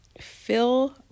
Fill